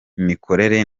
imikorere